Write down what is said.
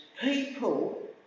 people